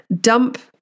dump